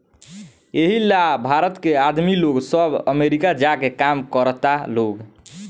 एही ला भारत के आदमी लोग सब अमरीका जा के काम करता लोग